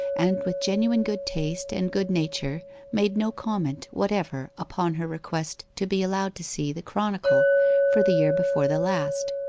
and with genuine good taste and good nature made no comment whatever upon her request to be allowed to see the chronicle for the year before the last.